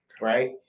right